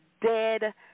dead